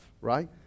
right